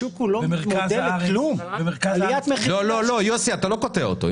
הכול במרכז הארץ --- יוסי אתה לא קוטע אותו.